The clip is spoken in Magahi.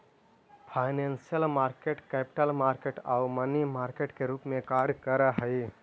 फाइनेंशियल मार्केट कैपिटल मार्केट आउ मनी मार्केट के रूप में कार्य करऽ हइ